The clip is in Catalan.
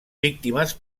víctimes